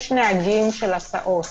יש נהגים של הסעות,